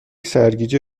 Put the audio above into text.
سرگیجه